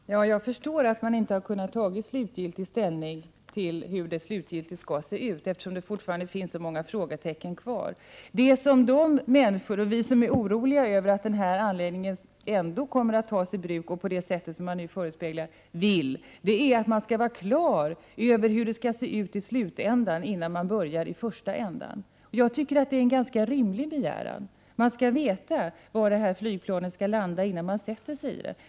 Herr talman! Jag förstår att man inte har kunnat ta slutgiltig ställning till hur den slutgiltigt skall se ut, eftersom det fortfarande finns så många frågetecken kvar. Vi som är oroliga över att den här anläggningen ändå kommer att tas i bruk på det sätt som här förespeglats vill att man är på det klara med hur den kommer att se ut i slutändan, innan man börjar i första ändan. Jag tycker att det är en ganska rimlig begäran. Man skall veta var flygplanet skall landa, innan man sätter sig i det.